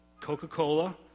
Coca-Cola